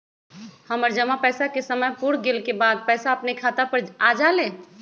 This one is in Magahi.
हमर जमा पैसा के समय पुर गेल के बाद पैसा अपने खाता पर आ जाले?